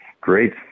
Great